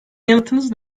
yanıtınız